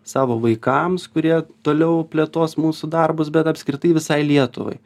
savo vaikams kurie toliau plėtos mūsų darbus bet apskritai visai lietuvai